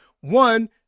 One